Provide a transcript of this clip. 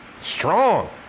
Strong